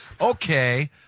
okay